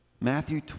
Matthew